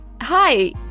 Hi